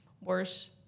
worse